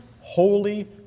holy